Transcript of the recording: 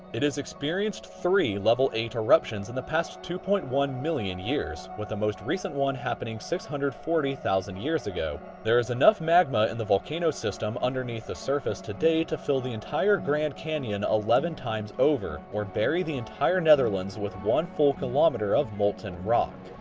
it is experienced three level eight eruptions in the past two point one million years, with the most recent one happening six hundred and forty thousand years ago. there's enough magma in the volcano system underneath the surface today to fill the entire grand canyon eleven times over, or bury the entire netherlands with one full kilometer of molten rock.